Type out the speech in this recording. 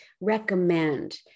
recommend